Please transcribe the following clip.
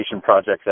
projects